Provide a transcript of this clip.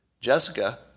Jessica